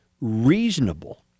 reasonable